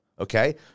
Okay